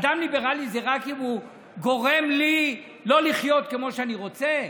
אדם הוא ליברלי רק אם הוא גורם לי לא לחיות כמו שאני רוצה?